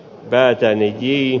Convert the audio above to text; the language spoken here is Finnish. väätäinen kii